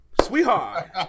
Sweetheart